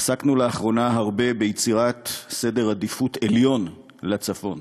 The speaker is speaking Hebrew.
עסקנו לאחרונה הרבה ביצירת עדיפות עליונה לצפון.